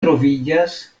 troviĝas